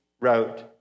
wrote